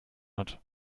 hat